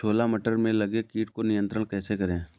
छोला मटर में लगे कीट को नियंत्रण कैसे करें?